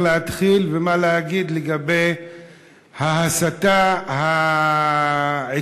להתחיל ומה להגיד לגבי ההסתה העקבית,